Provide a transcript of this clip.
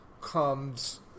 comes